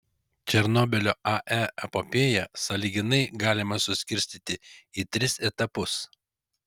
černobylio ae epopėją sąlyginai galima suskirstyti į tris etapus